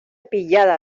pillada